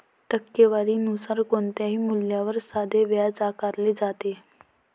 टक्केवारी नुसार कोणत्याही मूल्यावर साधे व्याज आकारले जाते